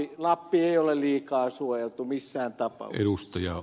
eli lappi ei ole liikaa suojeltu missään tapauksessa